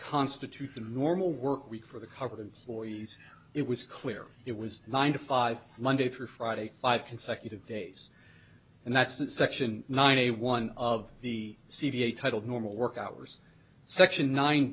constitute a normal work week for the covered employees it was clear it was nine to five monday through friday five consecutive days and that's that section nine a one of the c p a titled normal work hours section nine